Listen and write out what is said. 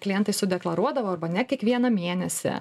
klientai sudeklaruodavo arba ne kiekvieną mėnesį